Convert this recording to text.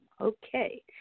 Okay